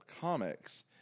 comics